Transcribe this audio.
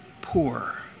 poor